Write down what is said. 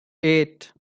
eight